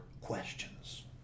questions